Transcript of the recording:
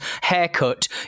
haircut